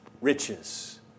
riches